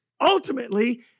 ultimately